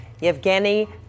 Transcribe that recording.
Yevgeny